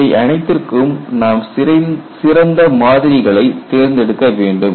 இவை அனைத்திற்கும் நாம் சிறந்த மாதிரிகளை தேர்ந்தெடுக்க வேண்டும்